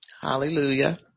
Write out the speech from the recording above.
Hallelujah